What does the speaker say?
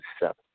seven